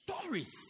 Stories